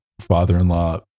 father-in-law